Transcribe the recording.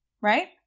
Right